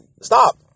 stop